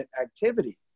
activity